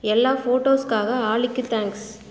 எல்லா ஃபோட்டோஸ்காக ஆலிக்கு தேங்க்ஸ்